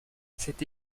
cette